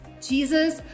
Jesus